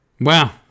Wow